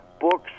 books